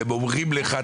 הם אומרים לך,